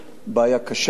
בעיה קשה.